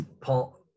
paul